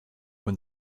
when